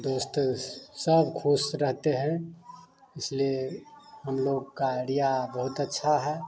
दोस्त सब खुश रहते हैं इसलिए हम लोग का एरिया बहुत अच्छा है